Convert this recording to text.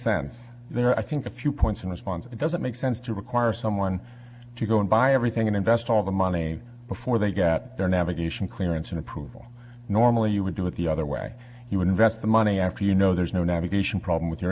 sense there i think a few points in response it doesn't make sense to require someone to go and buy everything and invest all the money before they get their navigation clearance and approval normally you would do it the other way you would invest the money after you know there's no navigation problem with